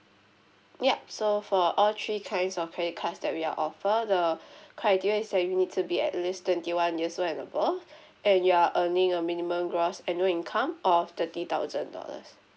yup so for all three kinds of credit cards that we are offer the criteria is that you need to be at least twenty one years old and above and you are earning a minimum gross annual income of thirty thousand dollars